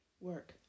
work